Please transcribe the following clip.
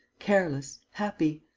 careless, happy.